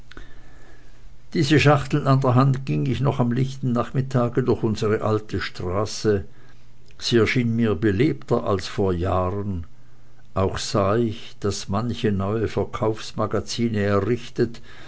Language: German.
diese schachtel an der hand ging ich am noch lichten nachmittage durch unsere alte straße sie erschien mir belebter als vor jahren auch sah ich daß manche neue verkaufsmagazine errichtet